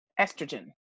estrogen